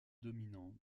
dominant